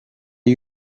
you